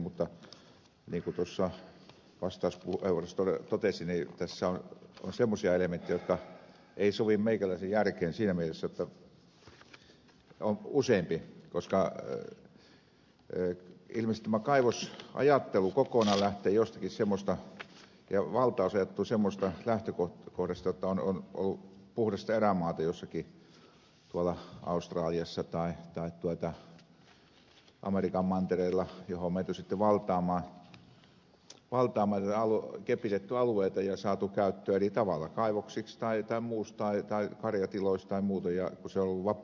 mutta niin kuin tuossa vastauspuheenvuorossani totesin niin tässä on semmoisia elementtejä useampi jotka eivät sovi meikäläisen järkeen siinä mielessä koska ilmeisesti tämä kaivosajattelu ja valtausajattelu kokonaan lähtee jostakin semmoisesta lähtökohdasta jotta on ollut puhdasta erämaata jossakin tuolla australiassa tai amerikan mantereella johon on menty sitten valtaamaan kepitetty alueita ja saatu käyttöön eri tavalla kaivoksiksi tai muuksi tai karjatiloiksi tai muutoin kun se on ollut vapaata maata